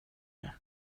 det